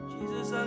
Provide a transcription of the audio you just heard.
Jesus